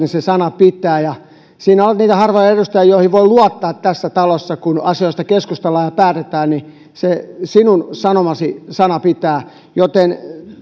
niin se sana pitää sinä olet niitä harvoja edustajia joihin voin luottaa tässä talossa kun asioista keskustellaan ja päätetään sinun sanomasi sana pitää joten